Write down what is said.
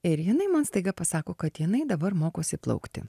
ir jinai man staiga pasako kad jinai dabar mokosi plaukti